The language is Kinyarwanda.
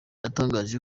yatangaje